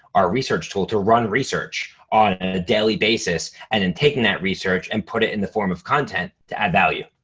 our research tool to run research on a daily basis. and in taking that research and put it in the form of content to add value,